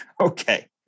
Okay